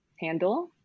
handle